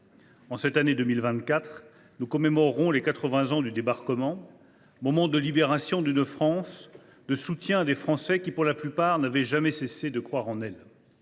En cette année 2024, nous célébrerons les 80 ans du débarquement, moment de libération de la France et de secours pour des Français qui, pour la plupart, n’avaient jamais cessé de croire en elle.